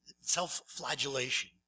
self-flagellation